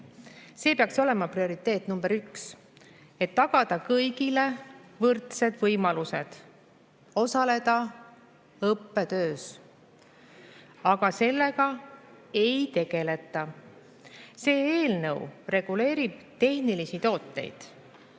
See peaks olema prioriteet: tagada kõigile võrdsed võimalused osaleda õppetöös. Aga sellega ei tegeleta. See eelnõu reguleerib tehnilisi tooteid,